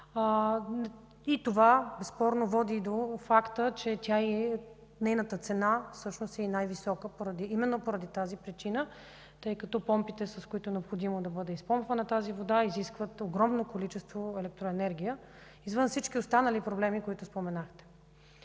Това безспорно води до факта, че нейната цена е най-висока именно поради тази причина, тъй като помпите, с които е необходимо да бъде изпомпвана тази вода, изискват огромни количества електроенергия, извън всички останали проблеми, които споменахте.